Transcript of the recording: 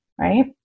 Right